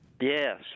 Yes